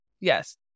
yes